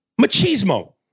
machismo